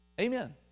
Amen